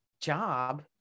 job